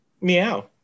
Meow